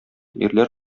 ирләр